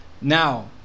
Now